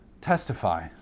Testify